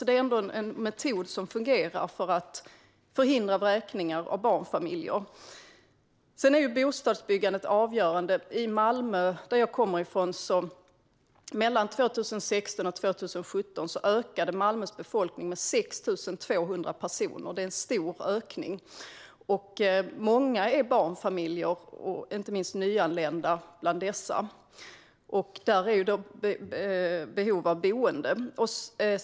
Det är en metod som fungerar för att förhindra vräkningar av barnfamiljer. Bostadsbyggandet är avgörande. I Malmö ökade befolkningen mellan 2016 och 2017 med 6 200 personer, vilket är en stor ökning. Många av dessa är barnfamiljer och av dem är många nyanlända. Då finns det ett behov av boende.